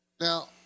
Now